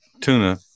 tuna